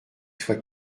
soit